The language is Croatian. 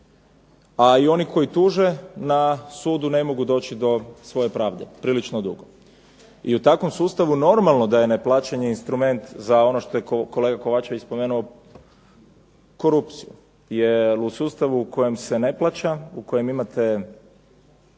a i oni koji tuže na sudu ne mogu doći do svoje pravde prilično dugo. I u takvom sustavu normalno da je neplaćanje instrument za ono što je kolega Kovačević spomenuo korupciju, jer u sustavu u kojem se ne plaća, u kojem imate